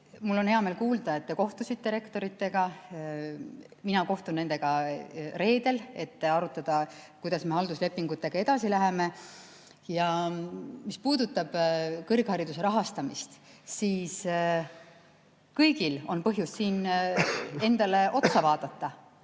Mul on hea meel kuulda, et te kohtusite rektoritega. Mina kohtun nendega reedel, et arutada, kuidas me halduslepingutega edasi läheme. Mis puudutab kõrghariduse rahastamist, siis kõigil on põhjust siin endale otsa vaadata.